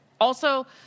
also-